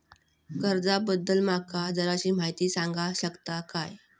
कर्जा बद्दल माका जराशी माहिती सांगा शकता काय?